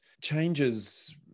changes